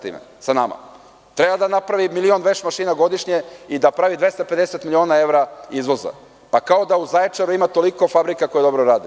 Treba da napravi milion veš mašina godišnje i da pravimo 250 miliona evra izvoza, kao da u Zaječaru ima toliko fabrika koje dobro rade.